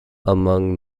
among